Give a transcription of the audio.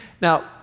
Now